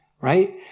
Right